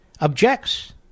objects